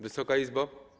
Wysoka Izbo!